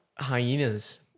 Hyenas